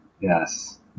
Yes